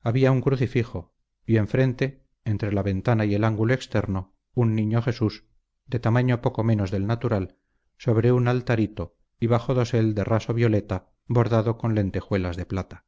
había un crucifijo y enfrente entre la ventana y el ángulo externo un niño jesús de tamaño poco menos del natural sobre un altarito y bajo dosel de raso violeta bordado con lentejuelas de plata